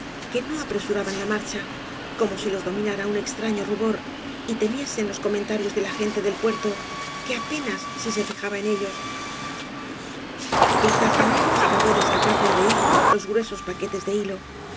que no apresuraban la marcha como si los dominara un extraño rubor y temiesen los comentarios de la gente del puerto que apenas si se fijba en ellos el tartanero acabó de sacar del vehículo los gruesos paquetes de hilo y